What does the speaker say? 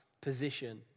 position